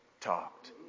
talked